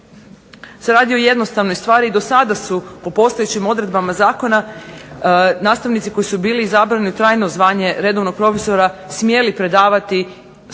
se radi o jednostavnoj stvari, do sada su po postojećim odredbama zakona nastavnici koji su bili izabrani u trajno zvanje redovnog profesora smjeli predavati ako